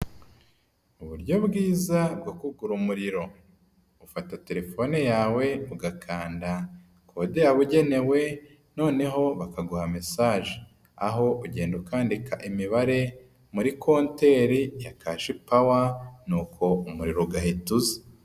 Uburyo bwiza bwo kugura umuriro, ufata telefone yawe ugakanda kode yabugenewe noneho bakaguha mesaje aho ugenda ukandika imibare muri konteri ya kashipawa n'uko umuriro ugahita uza.